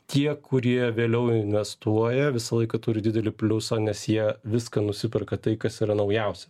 tie kurie vėliau investuoja visą laiką turi didelį pliusą nes jie viską nusiperka tai kas yra naujausia